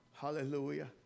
Hallelujah